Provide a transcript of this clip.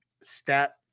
Step